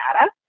data